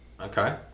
Okay